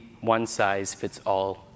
one-size-fits-all